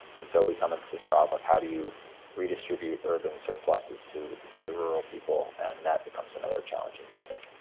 and so we come into this problem of how do you redistribute urban surpluses to to rural people, and that becomes another challenging topic.